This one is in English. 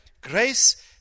grace